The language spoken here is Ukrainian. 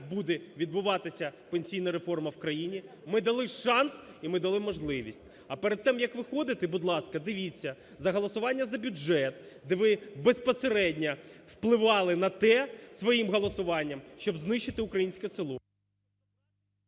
буде відбуватися пенсійна реформа в країні. Ми дали шанс і ми дали можливість. А перед тим як виходити, будь ласка, дивіться, за голосування за бюджет, де ви безпосередньо впливали на те своїм голосуванням, щоб знищити українське село.